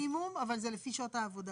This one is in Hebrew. לצו ההרחבה בענף הניקיון.